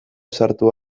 sartu